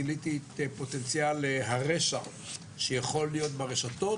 גיליתי את פוטנציאל הרשע שיכול להיות ברשתות,